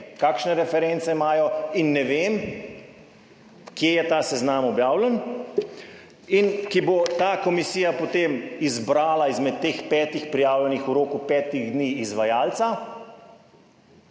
kakšne reference imajo in ne vem, kje je ta seznam objavljen in, ki bo ta komisija potem izbrala izmed teh petih prijavljenih v roku petih dni izvajalca